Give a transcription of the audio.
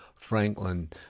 Franklin